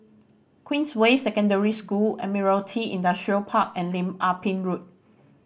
Queensway Secondary School Admiralty Industrial Park and Lim Ah Pin Road